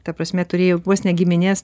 ta prasme turėjai vos ne giminės